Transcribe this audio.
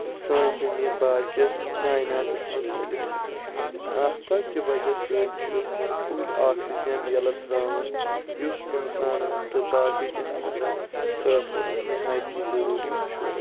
سأنۍ زمیٖن باقیس کایناتس منٛز ژٔلِتھ ہٮ۪کان آختابکہِ وجہ سۭتۍ چھُ کُلۍ آکسیٖجن یَلہٕ ترٛاوان یُس اِنسانن تہٕ باقےٕ جانورن خأطرٕ نہایتی ضروٗری چھُ